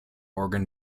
organ